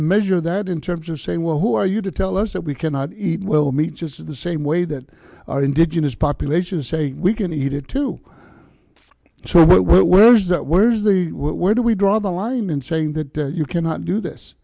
measure that in terms of saying well who are you to tell us that we cannot eat well meat just in the same way that our indigenous populations say we can eat it too so what was that where's the where do we draw the line in saying that you cannot do this